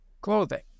clothing